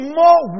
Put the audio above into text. more